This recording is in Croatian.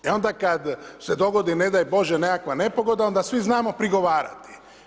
I onda kad se dogodi ne daj bože nekakva nepogoda onda svi znamo prigovarati.